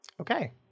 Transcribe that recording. Okay